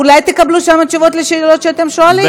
אולי תקבלו שם תשובות על השאלות שאתם שואלים.